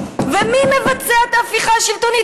ומי מבצע את ההפיכה השלטונית?